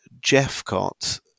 Jeffcott